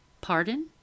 Pardon